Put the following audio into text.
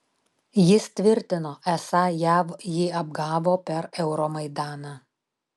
jis tvirtino esą jav jį apgavo per euromaidaną